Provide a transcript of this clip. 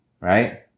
right